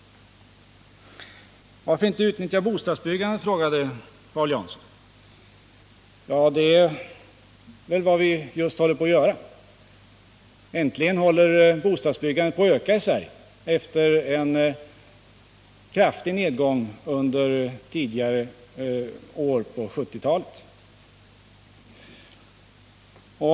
Varför inte utnyttja bostadsbyggandet? frågade Paul Jansson. Ja, det är vad vi just håller på att göra. Äntligen håller bostadsbyggandet på att öka igen i Sverige efter en kraftig nedgång under tidigare år på 1970-talet.